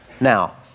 Now